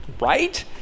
right